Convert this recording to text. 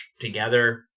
together